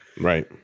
Right